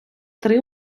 три